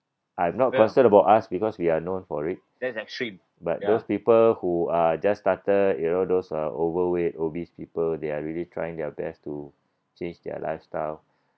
I'm not concerned about us because we are known for it but those people who are just started you know those are overweight obese people they are really trying their best to change their lifestyle